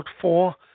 four